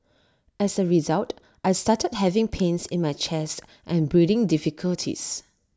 as A result I started having pains in my chest and breathing difficulties